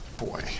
boy